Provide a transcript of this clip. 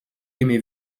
aimez